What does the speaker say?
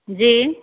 जी